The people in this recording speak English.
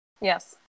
Yes